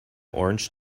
orange